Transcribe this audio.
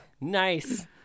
Nice